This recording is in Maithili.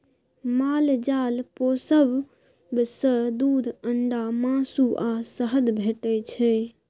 माल जाल पोसब सँ दुध, अंडा, मासु आ शहद भेटै छै